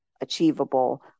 achievable